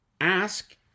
ask